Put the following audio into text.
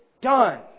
done